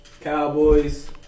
Cowboys